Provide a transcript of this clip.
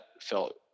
felt